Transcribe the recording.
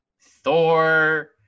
Thor